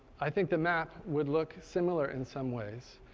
i think the map would look similar in some ways.